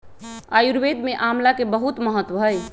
आयुर्वेद में आमला के बहुत महत्व हई